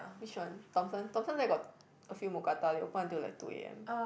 which one Thomson Thomson there got a few mookata they open until like two a_m